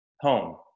home